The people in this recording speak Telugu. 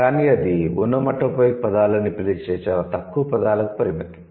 కానీ అది ఒనోమాటోపోయిక్ పదాలు అని పిలిచే చాలా తక్కువ పదాలకు పరిమితం